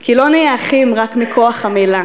כי לא נהיה אחים רק מכוח המילה